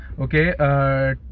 okay